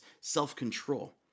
self-control